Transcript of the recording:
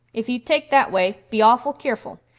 if you take that way be awful keerful.